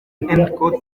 endecott